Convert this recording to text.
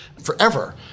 forever